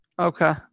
okay